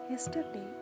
Yesterday